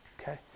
okay